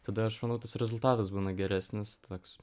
tada aš manau tas rezultatas būna geresnis toks